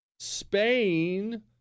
Spain